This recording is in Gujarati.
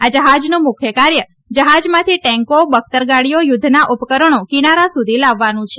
આ જહાજનું મુખ્ય કાર્ય જહાજમાંથી ટેંકો બખ્તર ગાડીઓ યુધ્ધના ઉપકરણો કિનારા સુધી લાવવાનું છે